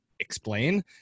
explain